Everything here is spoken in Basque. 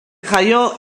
jaio